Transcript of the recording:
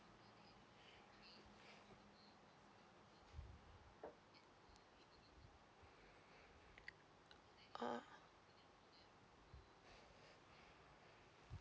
ah